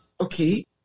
okay